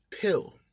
pill